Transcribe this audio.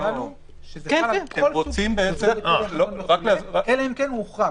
הכלל הוא שזה חל על כל סוג --- אלא אם כן הוא הוחרג,